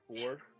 four